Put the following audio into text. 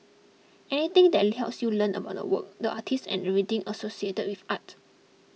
anything that helps you learn about the work the artist and everything associated with art